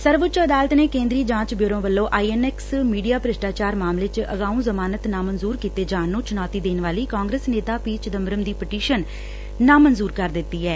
ਸਰਵਉੱਚ ਅਦਾਲਤ ਨੇ ਕੇਂਦਰੀ ਜਾਂਚ ਬਿਊਰੋ ਵੱਲੋਂ ਆਈ ਐਨ ਐਕਸ ਮੀਡੀਆ ਭ੍ਸਿਸਟਾਚਾਰ ਮਾਮਲੇ ਚ ਅਗਾਊ ਜਮਾਨਤ ਨਾਮਨਜੂਰ ਕੀਤੇ ਜਾਣ ਨੂੰ ਚੁਣੌਤੀ ਦੇਣ ਵਾਲੀ ਕਾਂਗਰਸ ਨੇਤਾ ਪੀ ਚਿਦੰਬਰਮ ਦੀ ਪਟੀਸ਼ਨ ਨਾਮਨਜੂਰ ਕਰ ਦਿੱਤੀ ਐ